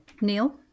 Neil